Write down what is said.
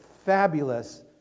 Fabulous